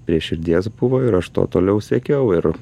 prie širdies buvo ir aš to toliau siekiau ir